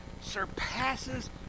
surpasses